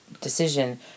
decision